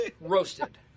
Roasted